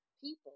people